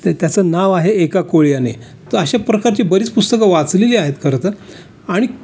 त्या त्याचं नाव आहे एका कोळीयाने तर अशा प्रकारची बरीच पुस्तकं वाचलेली आहेत खरं तर आणि